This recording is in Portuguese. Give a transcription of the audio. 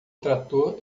trator